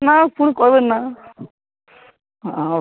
ନାଁ ପୁଣି କହିବେ ନାଁ ଆଉ